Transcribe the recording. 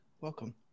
Welcome